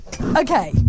Okay